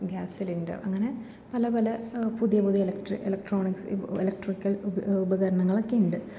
gas cylinder അങ്ങനെ പലപല പുതിയ പുതിയ എലക്ട്രിക്ക് എലക്ട്രോണിക്ക്സ് എലക്ട്രിക്കൽ ഉപകാരണങ്ങളൊക്കെയുണ്ട്